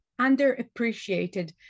underappreciated